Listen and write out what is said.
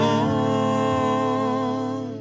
on